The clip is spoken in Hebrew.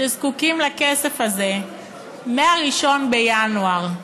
שזקוקים לכסף הזה מ-1 בינואר?